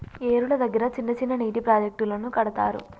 ఏరుల దగ్గర చిన్న చిన్న నీటి ప్రాజెక్టులను కడతారు